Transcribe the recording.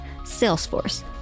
Salesforce